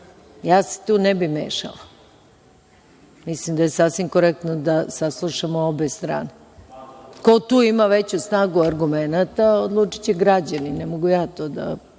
Ja se tu ne bih mešala. Mislim da je sasvim korektno da saslušamo obe strane. Ko tu ima veću stranu argumenata odlučiće građani, ne mogu ja to da